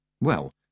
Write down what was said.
Well